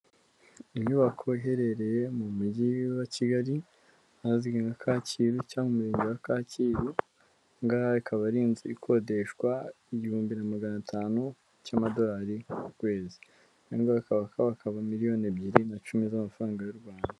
Inyubako iherereye mu mujyi wa Kigali ahazwi nka Kacyiru cyangwa murenge wa Kacyiru, aha ngahe ikaba ari inzu ikodeshwa igihumbi na magana atanu cy'amadolari ku kwezi, aya ngaya akaba akabakaba miliyoni ebyiri na cumi z'amafaranga y'u Rwanda.